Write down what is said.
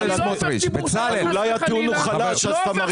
אני לא הופך ציבור שלם --- חבר הכנסת בצלאל סמוטריץ'.